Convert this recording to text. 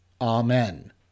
Amen